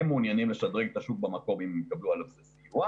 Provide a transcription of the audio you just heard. הם מעוניינים לשדרג את השוק במקום אם יקבלו על זה סיוע.